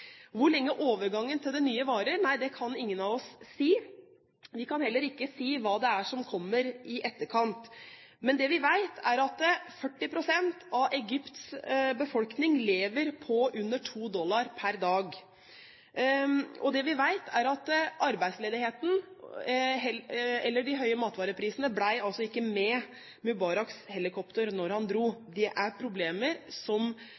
Hvor lenge overgangen til det nye varer, kan ingen av oss si. Vi kan heller ikke si hva det er som kommer i etterkant. Men det vi vet, er at 40 pst. av Egypts befolkning lever på under 2 dollar per dag. Det vi vet, er at arbeidsledigheten og de høye matvareprisene ikke ble med i Mubaraks helikopter da han dro. Det er problemer som